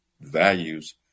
values